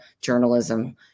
journalism